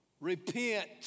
repent